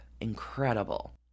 Incredible